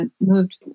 moved